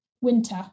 winter